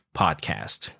podcast